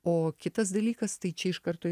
o kitas dalykas tai čia iš karto